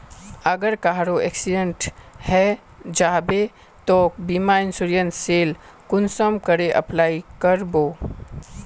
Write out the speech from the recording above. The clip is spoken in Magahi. अगर कहारो एक्सीडेंट है जाहा बे तो बीमा इंश्योरेंस सेल कुंसम करे अप्लाई कर बो?